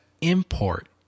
import